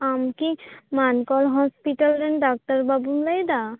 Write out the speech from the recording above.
ᱟᱢ ᱠᱤ ᱢᱟᱱᱠᱚᱨ ᱦᱚᱥᱯᱤᱴᱟᱞ ᱨᱮᱱ ᱰᱚᱠᱴᱚᱨ ᱵᱟᱹᱵᱩᱢ ᱞᱟᱹᱭᱫᱟ